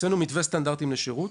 הוצאנו מתווה סטנדרטים לשירות,